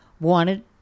wanted